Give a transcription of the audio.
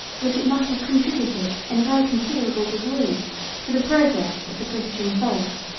that it must have contributed in a very considerable degree to the progress of the christian faith.